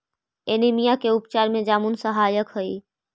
anaemia के उपचार में जामुन सहायक हई